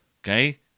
Okay